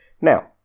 Now